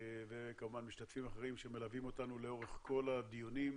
וכמובן משתתפים אחרים שמלווים אותנו לאורך כל הדיונים,